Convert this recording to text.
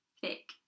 thick